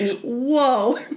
whoa